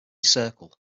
circle